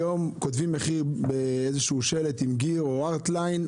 היום כותבים מחיר עם איזשהו שלט עם גיר או ארטליין,